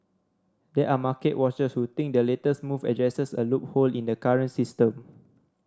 there are market watchers who think the latest move addresses a loophole in the current system